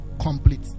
complete